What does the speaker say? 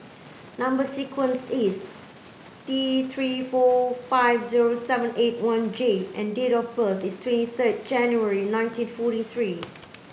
number sequence is T three four five zero seven eight one J and date of birth is twenty third January nineteen forty three